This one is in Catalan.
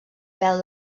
pèl